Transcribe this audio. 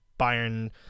Bayern